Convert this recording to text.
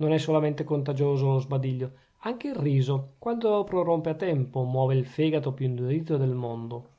non è solamente contagioso lo sbadiglio anche il riso quando prorompe a tempo muove il fegato più indurito del mondo